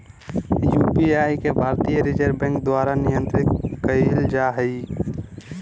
UPI के भारतीय reserve bank द्वारा नियंत्रित कइल जा हइ